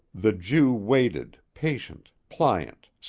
the jew waited, patient, pliant,